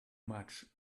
much